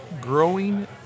growing